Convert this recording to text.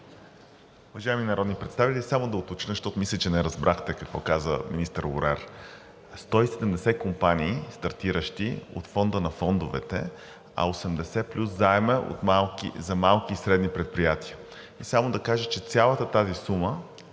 Уважаеми народни представители, само да уточня, защото мисля, че не разбрахте какво каза министър Лорер. 170 компании, стартиращи от Фонда на фондовете, а 80 плюс заемът е за малки и средни предприятия. Само да кажа, че цялата тази сума